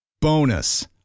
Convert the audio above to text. Bonus